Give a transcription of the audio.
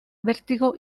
vértigo